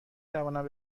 توانم